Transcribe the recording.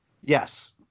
Yes